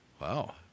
Wow